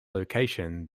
location